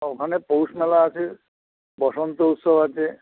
ওখানে পৌষ মেলা আছে বসন্ত উৎসব আছে